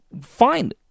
fine